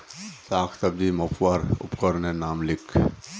साग सब्जी मपवार उपकरनेर नाम लिख?